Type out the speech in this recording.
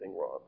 wrong